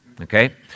Okay